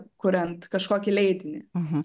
kuriant kažkokį leidinį